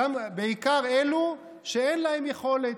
ובעיקר אלו שאין להם יכולת,